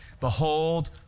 Behold